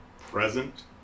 present